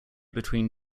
between